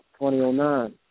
2009